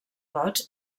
lots